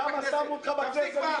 למה שמו אותך בכנסת?